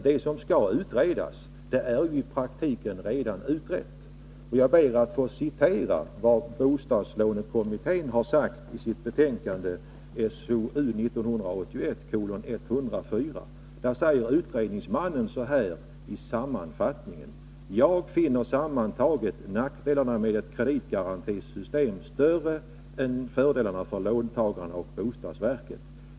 Det som skall utredas är i praktiken redan utrett. Jag ber att få citera vad bostadslånekommittén har sagt i sitt betänkande SOU 1981:104. Där säger utredningsmannen i sammanfattningen: ”Jag finner sammantaget nackdelarna med ett kreditgarantisystem större än fördelarna för låntagarna och bostadsverket.